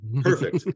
Perfect